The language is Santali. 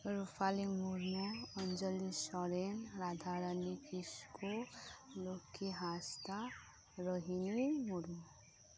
ᱨᱩᱯᱟᱞᱤ ᱢᱩᱨᱢᱩ ᱚᱧᱡᱚᱞᱤ ᱥᱚᱨᱮᱱ ᱨᱟᱫᱷᱟᱨᱟᱱᱤᱠᱤᱥᱠᱩ ᱞᱚᱠᱠᱷᱤ ᱦᱟᱸᱥᱫᱟ ᱨᱳᱦᱤᱱᱤ ᱢᱩᱨᱢᱩ